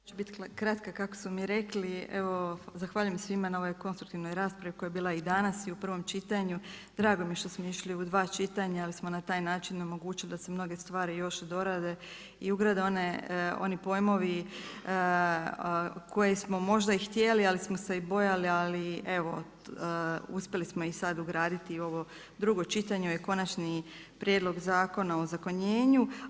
Ja ću biti kratka kako su mi rekli, evo zahvaljujem svima na ovoj konstruktivnoj raspravi koja je bila i danas i u prvom čitanju, drago mi je što smo išli u dva čitanja, jer smo na taj način omogućili da se mnoge stvari još dorade i ugrade oni pojmovi koje smo možda i htjeli ali smo se i bojali, ali evo uspjeli smo ih sada ugraditi u ovo drugo čitanje Konačni prijedlog Zakona o ozakonjenju.